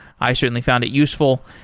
i certainly found it useful,